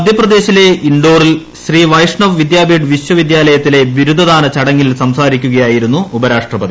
മധ്യപ്രദേശിലെ ഇൻഡോറിൽ ശ്രീ വൈഷ്ണവ് വിദ്യാപീഠ് വിശ്വ വിദ്യാലയയിലെ ബിരുദ ദാന ചടങ്ങിൽ സംസാരിക്കുകയായിരുന്നു ഉപരാഷ്ട്രപതി